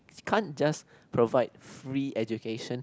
can't just provide free education